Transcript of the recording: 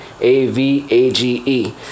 A-V-A-G-E